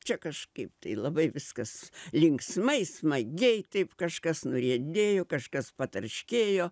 čia kažkaip tai labai viskas linksmai smagiai taip kažkas nuriedėjo kažkas patarškėjo